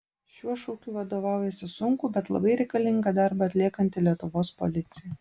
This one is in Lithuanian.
šiuo šūkiu vadovaujasi sunkų bet labai reikalingą darbą atliekanti lietuvos policija